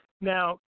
Now